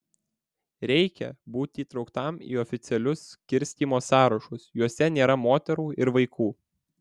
reikia būti įtrauktam į oficialius skirstymo sąrašus juose nėra moterų ir vaikų